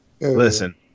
Listen